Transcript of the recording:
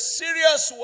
serious